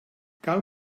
cal